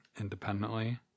independently